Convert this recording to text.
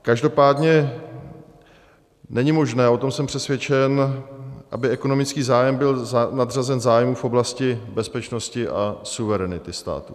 Každopádně není možné, o tom jsem přesvědčen, aby ekonomický zájem byl nadřazen zájmu v oblasti bezpečnosti a suverenity státu.